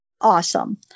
awesome